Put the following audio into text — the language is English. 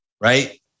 Right